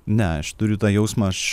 ne aš turiu tą jausmą aš